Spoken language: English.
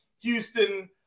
Houston